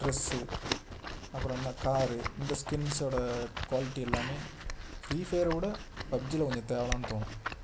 dress அப்புறம் என்ன car இந்த ஸ்கின்ஸோட குவாலிட்டி எல்லாமே ஃப்ரீ ஃபயரை விட பப்ஜியில் கொஞ்சம் தேவைலாம்னு தோணும்